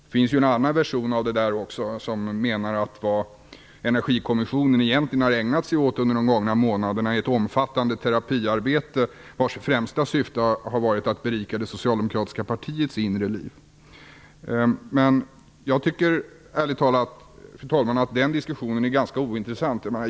Det finns en annan version också som menar att vad Energikommissionen egentligen har ägnat sig åt under de gångna månaderna har varit ett omfattande terapiarbete, vars främsta syfte har varit att berika det socialdemokratiska partiets inre liv. Jag tycker ärligt talat, fru talman, att den diskussionen är ganska ointressant.